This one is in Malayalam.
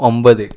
ഒമ്പത്